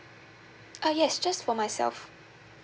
uh yes just for myself